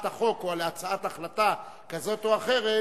החוק או על הצעת החלטה כזאת או אחרת,